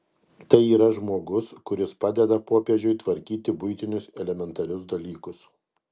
tai yra žmogus kuris padeda popiežiui tvarkyti buitinius elementarius dalykus